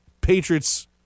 Patriots